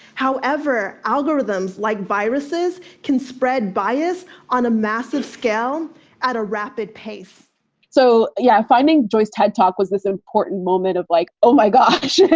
however, algorithms like viruses can spread bias on a massive scale at a rapid pace so, yeah, finding joyce ted talk was this important moment of like, oh my gosh.